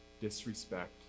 disrespect